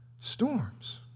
storms